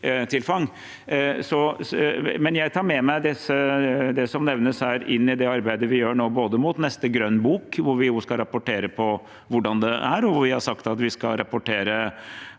Jeg tar med meg det som nevnes her, inn i det arbeidet vi gjør nå, både inn mot neste Grønn bok – hvor vi jo skal rapportere på hvordan det er, og hvor vi har sagt at vi skal rapportere